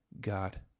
God